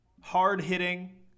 Hard-hitting